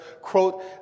quote